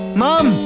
mom